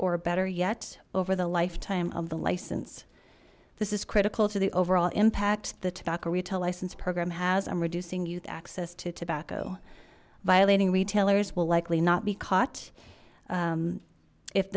or better yet over the lifetime of the license this is critical to the overall impact the tobacco retail license program has i'm reducing youth access to tobacco violating retailers will likely not be caught